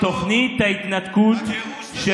אני מזכיר לך שמי שעשה את ההתנתקות זה